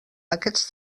aquests